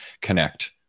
connect